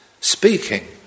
speaking